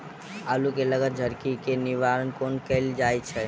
आलु मे लागल झरकी केँ निवारण कोना कैल जाय छै?